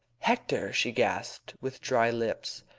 hector! she gasped, with dry lips.